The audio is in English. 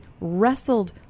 wrestled